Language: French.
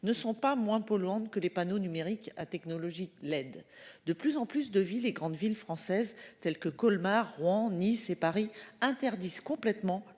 ne sont pas moins polluante que les panneaux numériques à technologie LED. De plus en plus de villes, les grandes villes françaises, telles que Colmar, Rouen, Nice et Paris interdisent complètement